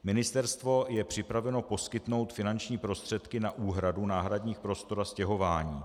Ministerstvo je připraveno poskytnout finanční prostředky na úhradu náhradních prostor a stěhování.